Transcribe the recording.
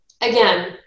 again